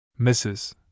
Mrs